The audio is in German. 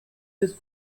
des